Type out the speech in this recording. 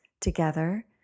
together